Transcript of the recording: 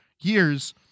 years